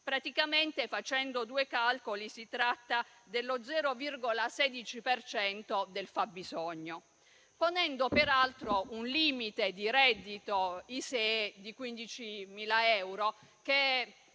Praticamente, facendo due calcoli, si tratta dello 0,16 per cento del fabbisogno, ponendo peraltro un limite di reddito ISEE di 15.000 euro.